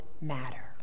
matter